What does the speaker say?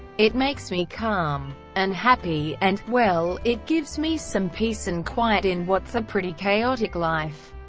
it makes me calm and happy, and, well, it gives me some peace and quiet in what's a pretty chaotic life.